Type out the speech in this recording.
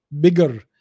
bigger